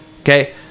Okay